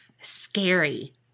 scary